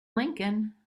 lincoln